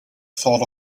thought